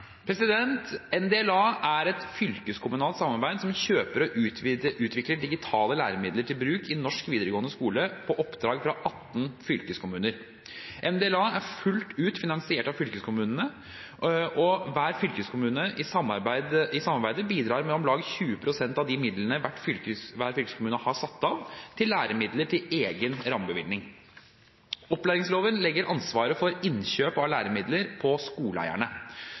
er et fylkeskommunalt samarbeid som kjøper og utvikler digitale læremidler til bruk i norsk videregående skole på oppdrag fra 18 fylkeskommuner. NDLA er fullt ut finansiert av fylkeskommunene, og hver fylkeskommune i samarbeidet bidrar med om lag 20 pst. av de midlene hver fylkeskommune har satt av til læremidler, fra egen rammebevilgning. Opplæringsloven legger ansvaret for innkjøp av læremidler på skoleeierne.